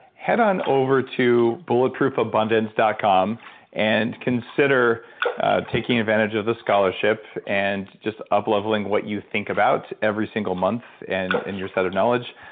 head on over to bulletproofabundance dot com and consider taking advantage of the scholarship and just up leveling what you think about every single month and and your set of knowledge,